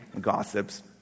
Gossips